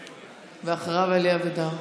אחריו, אלי אבידר.